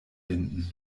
binden